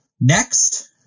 Next